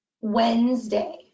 Wednesday